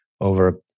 over